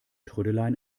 trödeleien